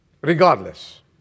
Regardless